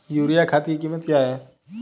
Urea खाद की कीमत क्या है?